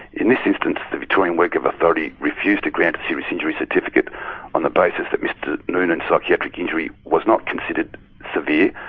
in this instance the victorian workcover authority refused to grant a serious injury certificate on the basis that mr noonan's psychiatric injury was not considered severe,